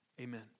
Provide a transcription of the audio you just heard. Amen